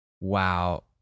Wow